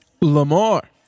Lamar